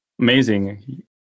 Amazing